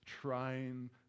trying